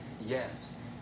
Yes